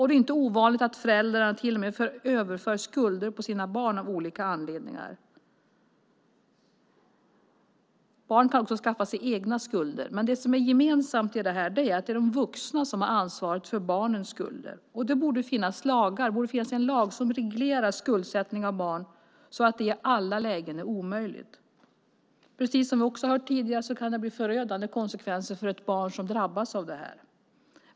Det är inte ovanligt att föräldrarna till och med överför skulder på sina barn av olika anledningar. Barn kan också skaffa sig egna skulder. Det som är gemensamt är att det är vuxna som har ansvaret för barnens skulder. Det borde finnas en lag som reglerar skuldsättning av barn så att det i alla lägen är omöjligt. Som vi hört tidigare kan det bli förödande konsekvenser för barnen som drabbas av sådant.